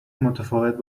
متفاوت